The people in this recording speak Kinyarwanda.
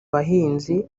bahinzi